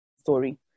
story